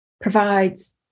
provides